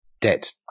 debt